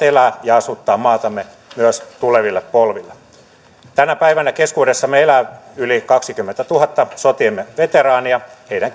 asuttaa maatamme myös tuleville polville tänä päivänä keskuudessamme elää yli kaksikymmentätuhatta sotiemme veteraania